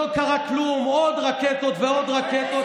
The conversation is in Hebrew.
לא קרה כלום, עוד רקטות ועוד רקטות.